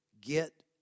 get